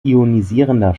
ionisierender